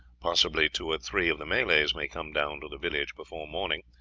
possibly two or three of the malays may come down to the village before morning,